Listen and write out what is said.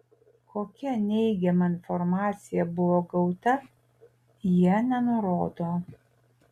kokia neigiama informacija buvo gauta jie nenurodo